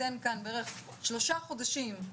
ניתן כאן בערך שלושה חודשים,